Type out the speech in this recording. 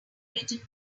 written